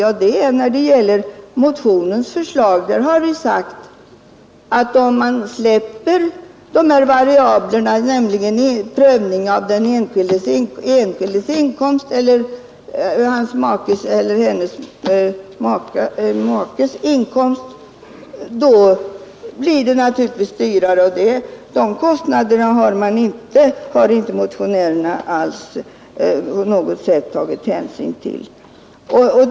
Ja, det gäller motionsförslaget — därvidlag har vi sagt att om man släpper de här variablerna, nämligen prövning av den studerandes och hans makes inkomst, blir det naturligtvis dyrare, och dessa kostnader har inte motionärerna på något sätt tagit hänsyn till.